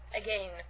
again